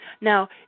Now